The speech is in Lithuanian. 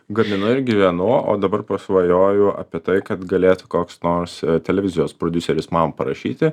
gaminu ir gyvenu o dabar pasvajoju apie tai kad galėtų koks nors televizijos prodiuseris man parašyti